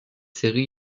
série